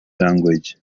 language